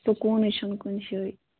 سکوٗنٕے چھُ نہٕ کُنہِ شاے